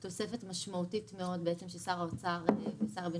תוספת משמעותית מאוד ששר האוצר ושר הבינוי